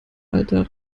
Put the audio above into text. alter